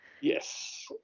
Yes